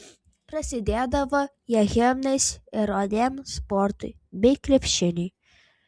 prasidėdavo jie himnais ir odėm sportui bei krepšiniui